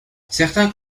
certains